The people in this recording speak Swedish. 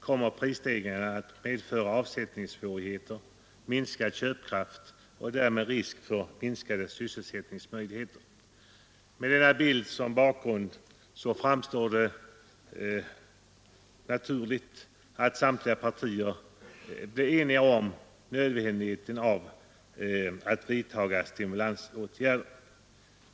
Kommer prisstegringarna att medföra avsättningssvårigheter, minskad köpkraft och därmed risk för minskade sysselsättningsmöjligheter? Med denna bild som bakgrund framstår det som naturligt att samtliga partier blev eniga om nödvändigheten av att vidtaga stimulansåtgärder.